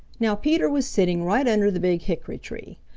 now peter was sitting right under the big hickory-tree.